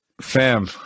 fam